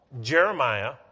Jeremiah